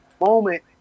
moment